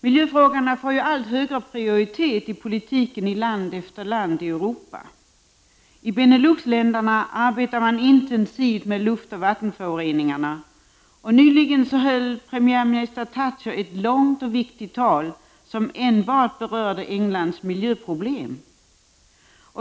Miljöfrågorna får allt högre prioritet i politiken i land efter land i Europa. I Beneluxländerna arbetar man intensivt med luftoch vattenföroreningarna, och nyligen höll premiärminister Thatcher ett långt och viktigt tal, som 107 enbart berörde Englands miljöproblem.